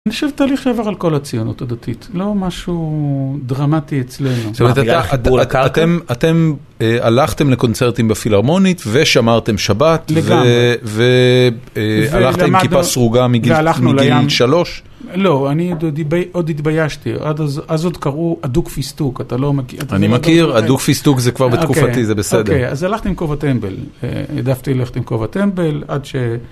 אני חושב תהליך שעבר על כל הציונות הדתית, לא משהו דרמטי אצלנו. זאת אומרת, אתם הלכתם לקונצרטים בפילהרמונית ושמרתם שבת, והלכת עם כיפה סרוגה מגיל שלוש? לא, אני עוד התביישתי, אז עוד קראו אדוק פסטוק, אתה לא מכיר? אני מכיר, אדוק פסטוק זה כבר בתקופתי, זה בסדר. אז הלכתי עם כובע טמבל, העדפתי ללכת עם כובע טמבל עד ש...